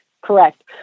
Correct